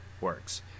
Works